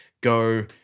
go